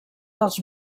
dels